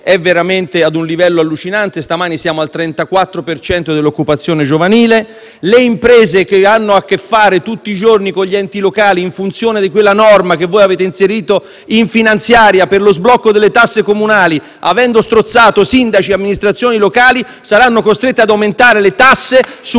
è veramente ad un livello allucinante (stamani siamo al 34 per cento dell'occupazione giovanile), le imprese che hanno a che fare tutti i giorni con gli enti locali, in funzione della norma che voi avete inserito nella legge di bilancio per lo sblocco delle tasse comunali, avendo strozzato sindaci e amministrazioni locali, saranno costrette ad aumentare le tasse su